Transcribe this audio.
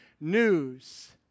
news